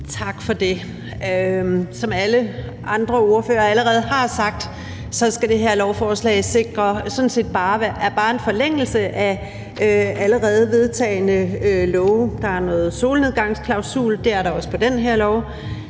Tak for det. Som alle andre ordførere allerede har sagt, skal det her lovforslag sådan set bare sikre en forlængelse af allerede vedtagne love, der har noget solnedgangsklausul. Det er der også i det her